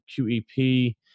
QEP